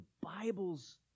Bible's